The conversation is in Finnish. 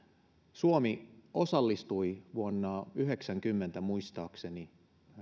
suomi osallistui vuonna yhdeksänkymmentä muistaakseni